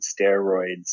steroids